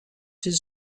his